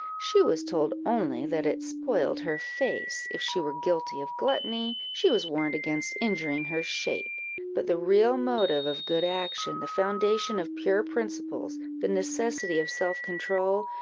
she was told only that it spoiled her face if she were guilty of gluttony, she was warned against injuring her shape but the real motive of good action, the foundation of pure principles, the necessity of self-control,